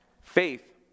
Faith